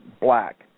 Black